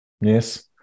Yes